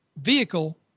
vehicle